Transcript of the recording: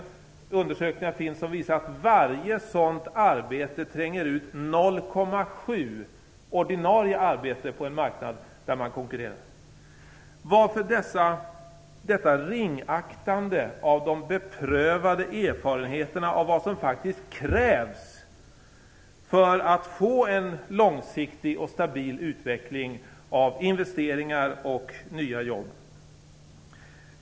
Det finns undersökningar som visar att varje sådant arbete tränger ut 0,7 ordinarie arbeten på en marknad där man konkurrerar. Varför detta ringaktande av de beprövade erfarenheterna av vad som faktiskt krävs för att få en långsiktig och stabil utveckling av investeringar och nya jobb?